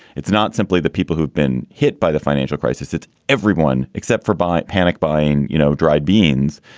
it's not simply the people who've been hit by the financial crisis. it's everyone except for by panic buying, you know, dried beans.